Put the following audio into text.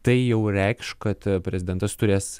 tai jau reikš kad prezidentas turės